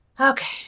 Okay